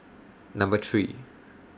Number three